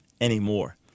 anymore